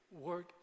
work